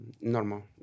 normal